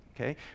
okay